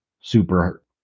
super